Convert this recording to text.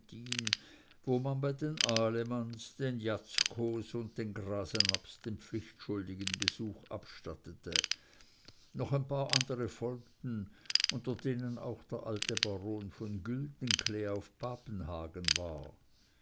wo man bei den ahlemanns den jatzkows und den grasenabbs den pflichtschuldigen besuch abstattete noch ein paar andere folgten unter denen auch der alte baron von güldenklee auf papenhagen war